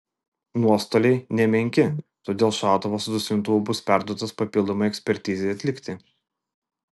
nuostoliai nemenki todėl šautuvas su duslintuvu bus perduotas papildomai ekspertizei atlikti